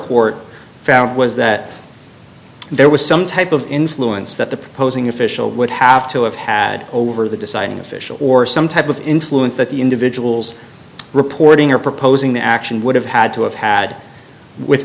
court found was that and there was some type of influence that the proposing official would have to have had over the design an official or some type of influence that the individuals reporting or proposing the action would have had to have had with